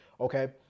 Okay